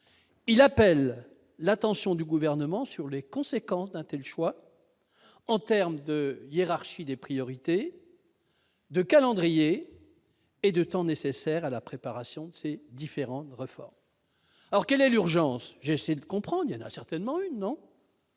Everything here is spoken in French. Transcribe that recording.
Il appelle l'attention du Gouvernement sur les conséquences d'un tel choix en termes de hiérarchie des priorités, de calendrier et de temps nécessaire à la préparation de ces différentes réformes. Alors, quelle est l'urgence ? J'essaie de comprendre, car il y en a certainement une,